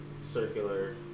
circular